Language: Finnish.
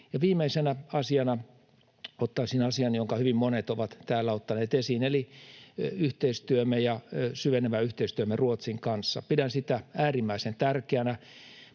Viimeisenä asiana ottaisin asian, jonka hyvin monet ovat täällä ottaneet esiin, eli yhteistyömme, syvenevän yhteistyömme Ruotsin kanssa. Pidän sitä äärimmäisen tärkeänä.